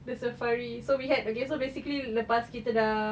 the safari so we had so basically lepas kita dah